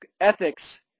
ethics